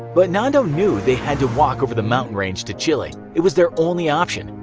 but nando knew they had to walk over the mountain range to chile, it was their only option.